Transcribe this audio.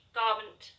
garment